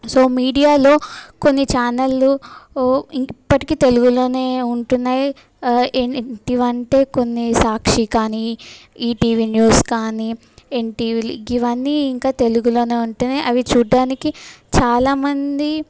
so మీడియాలో కొన్ని ఛానళ్ళు ఓ ఇప్పటికి తెలుగులోనే ఉంటున్నయి ఏంటి వంటే కొన్ని సాక్షి కానీ ఈటీవి న్యూస్ కానీ యన్టివి ఇవన్నీ ఇంకా తెలుగులోనే ఉంటునాయి అవి చూడ్డానికి చాలా మంది